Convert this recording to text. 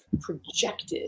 projected